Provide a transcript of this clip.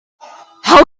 how